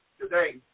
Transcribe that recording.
today